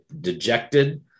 dejected